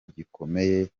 gikomeye